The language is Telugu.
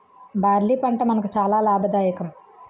బార్లీ పంట మనకు చాలా లాభదాయకం